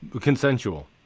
consensual